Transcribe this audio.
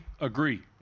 agree